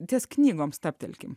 ties knygom stabtelkim